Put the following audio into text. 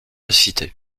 cité